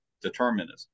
determinism